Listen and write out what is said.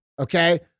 Okay